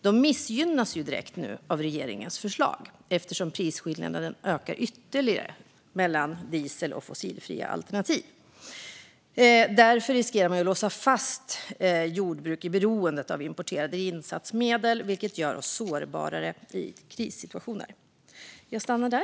De missgynnas nu direkt av regeringens förslag eftersom prisskillnaden ökar ytterligare mellan diesel och fossilfria alternativ. Därför riskerar man att låsa fast jordbruk i beroendet av importerade insatsmedel, vilket gör oss sårbarare i krissituationer.